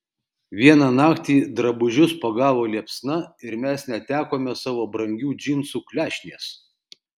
vieną naktį drabužius pagavo liepsna ir mes netekome savo brangių džinsų klešnės